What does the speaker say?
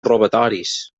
robatoris